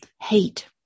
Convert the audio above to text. hate